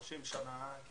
שלושים שנה-